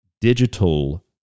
digital